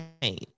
pain